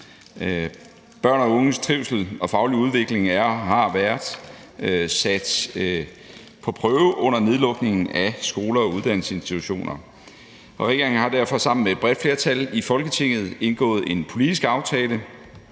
Børn og unges trivsel og faglige udvikling er og har været sat på prøve under nedlukningen af skoler og uddannelsesinstitutioner. Regeringen har derfor sammen med et bredt flertal i Folketinget indgået en politisk aftale